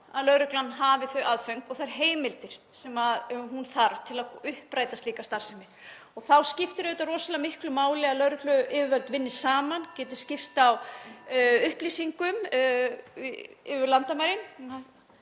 að lögreglan hafi þau aðföng og þær heimildir sem hún þarf til að uppræta slíka starfsemi og þá skiptir auðvitað rosalega miklu máli að lögregluyfirvöld vinni saman og geti skipst á upplýsingum yfir landamæri.